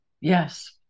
Yes